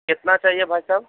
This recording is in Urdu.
کتنا چاہیے بھائی صاحب